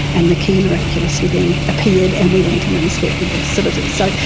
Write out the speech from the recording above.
and the key miraculously then appeared and we went and inspected the facility. so,